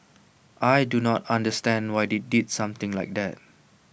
I do not understand why they did something like that